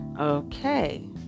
Okay